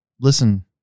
listen